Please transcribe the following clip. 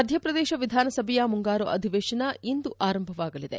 ಮಧ್ಯಪ್ರದೇಶ ವಿಧಾನಸಭೆಯ ಮುಂಗಾರು ಅಧಿವೇಶನ ಇಂದು ಆರಂಭವಾಗಲಿದೆ